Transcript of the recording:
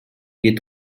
кетип